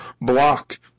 block